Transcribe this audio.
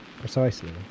Precisely